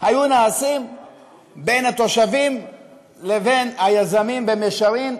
היו נעשים בין התושבים לבין היזמים במישרין,